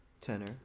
tenor